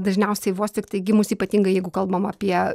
dažniausiai vos tiktai gimusi ypatingai jeigu kalbam apie